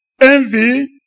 envy